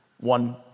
one